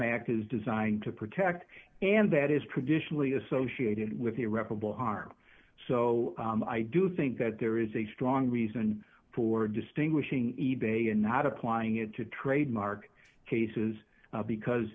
is designed to protect and that is traditionally associated with irreparable harm so i do think that there is a strong reason for distinguishing e bay and not applying it to trademark cases because